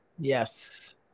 Yes